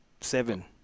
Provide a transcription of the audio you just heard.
seven